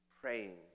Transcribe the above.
praying